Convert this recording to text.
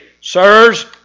Sirs